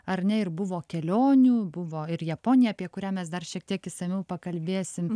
ar ne ir buvo kelionių buvo ir japonija apie kurią mes dar šiek tiek išsamiau pakalbėsim